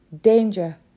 danger